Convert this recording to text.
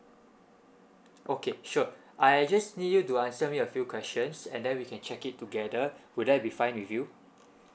okay sure I just need you to answer me a few questions and then we can check it together would that be fine with you